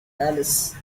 alice